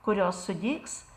kurios sudygs